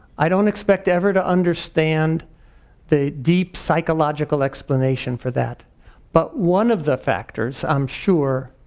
i don't expect ever to understand the deep psychological explanation for that but one of the factors, i'm sure,